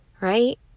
Right